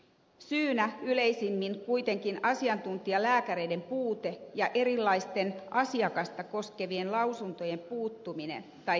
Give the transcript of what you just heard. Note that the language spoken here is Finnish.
syynä on yleisimmin kuitenkin asiantuntijalääkäreiden puute ja erilaisten asiakasta koskevien lausuntojen puuttuminen tai viivästyminen